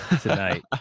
tonight